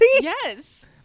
Yes